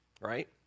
right